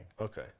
Okay